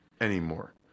anymore